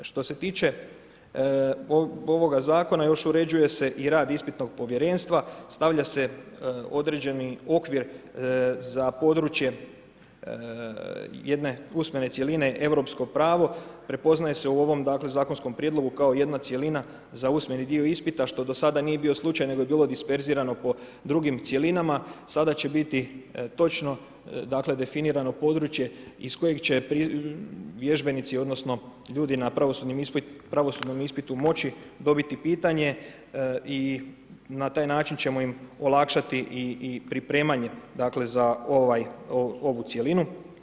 Što se tiče ovoga zakona, još, uređuje se i rad ispitnog povjerenstva, stavlja se određeni okvir za područje jedne usmene cjeline europsko pravo, prepoznaje se u ovom zakonskom prijedlogu, kao jedna cjelina, za usmeni dio ispita, što do sad nije bio slučaj, nego je bilo disperzirano po drugim cjelinama, sada će biti točno definirano područje iz kojeg će vježbenici, odnosno, ljudi na pravosudnom ispitu moći dobiti pitanje i na taj način ćemo im olakšati i pripremanje za ovu cjelinu.